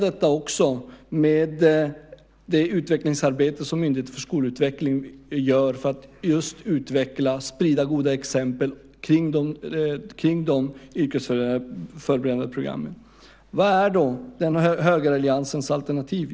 Detta kombineras med det utvecklingsarbete som Myndigheten för skolutveckling gör för att sprida goda exempel kring de yrkesförberedande programmen. Vad är då högeralliansens alternativ?